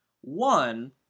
one